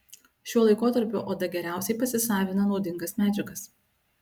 šiuo laikotarpiu oda geriausiai pasisavina naudingas medžiagas